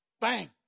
Bang